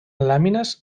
làmines